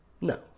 No